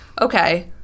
okay